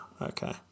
okay